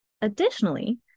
additionally